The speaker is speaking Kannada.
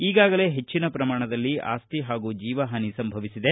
ಈಗಾಗಲೇ ಹೆಚ್ಚಿನ ಪ್ರಮಾಣದಲ್ಲಿ ಆಸ್ತಿ ಹಾಗೂ ಜೀವ ಹಾನಿಗಳು ಸಂಭವಿಸಿದೆ